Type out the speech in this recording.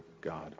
God